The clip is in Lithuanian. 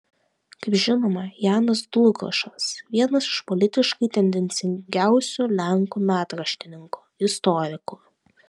kaip žinoma janas dlugošas vienas iš politiškai tendencingiausių lenkų metraštininkų istorikų